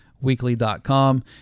Weekly.com